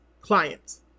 clients